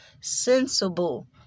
sensible